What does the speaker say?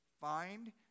find